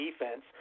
defense